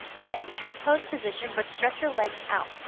get in cat pose position but stretch your legs out.